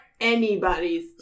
Anybody's